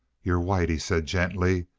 you're white, he said gently.